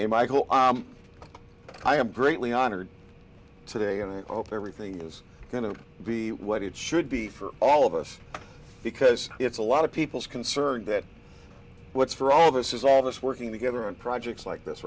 thing michael i am greatly honored today and i hope everything is going to be what it should be for all of us because it's a lot of people's concern that what's for all this is all of us working together on projects like this